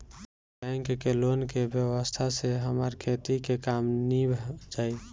bank के loan के व्यवस्था से हमार खेती के काम नीभ जाई